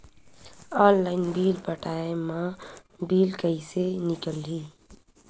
Online bill पटाय मा bill कइसे निकलही?